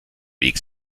weg